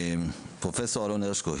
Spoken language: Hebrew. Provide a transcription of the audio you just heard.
פרופסור אלון הרשקו,